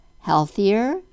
healthier